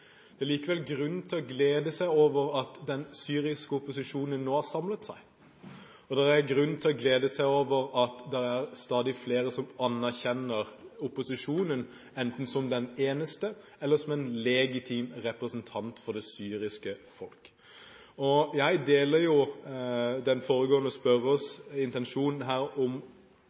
Det er likevel grunn til å glede seg over at den syriske opposisjonen nå har samlet seg, og det er grunn til å glede seg over at det er stadig flere som anerkjenner opposisjonen, enten som den eneste eller som en legitim representant for det syriske folk. Jeg deler den foregående spørrerens intensjon her om